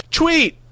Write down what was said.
tweet